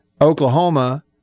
Oklahoma